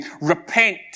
repent